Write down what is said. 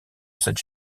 cette